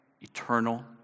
eternal